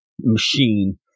machine